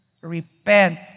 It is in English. Repent